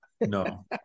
No